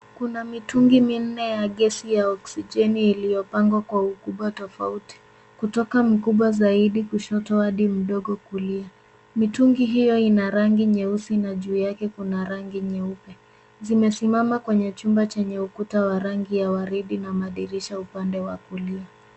Kuna mitungi minne ya gesi ya oksijeni iliyopangwa kwa ukubwa tofauti, kutoka mkubwa zaidi kushoto hadi mdogo kulia. Mitungi hiyo ina rangi nyeusi na juu kuna rangi nyeupe. Zimesimama kwenye chumba chenye ukuta wa rangi ya waridi na madirisha upande wa kulia.